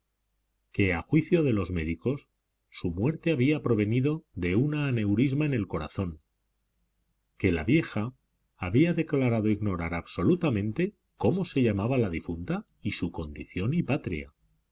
que a juicio de los médicos su muerte había provenido de una aneurisma en el corazón que la vieja había declarado ignorar absolutamente cómo se llamaba la difunta y su condición y patria